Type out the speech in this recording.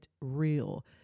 real